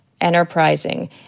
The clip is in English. enterprising